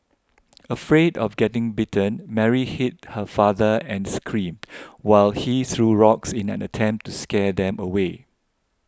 afraid of getting bitten Mary hid her father and screamed while he threw rocks in an attempt to scare them away